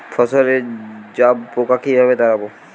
ফসলে জাবপোকা কিভাবে তাড়াব?